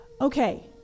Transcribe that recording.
Okay